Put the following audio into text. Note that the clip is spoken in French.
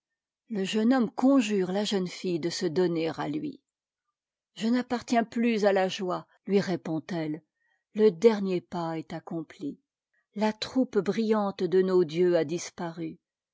le jeune homme conjure la jeune ntte de se donnet à lui je n'appartiens plus à la joie lui répond ette le dernier pas est aecpmph a troupe brillante de nos dieux a disparu